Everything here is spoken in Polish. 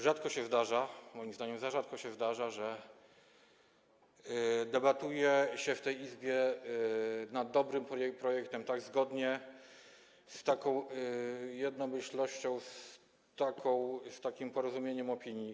Rzadko się zdarza - moim zdaniem, za rzadko się zdarza - że debatuje się w tej Izbie nad dobrym projektem tak zgodnie, z taką jednomyślnością, z takim porozumieniem w kwestii opinii.